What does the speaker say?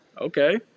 Okay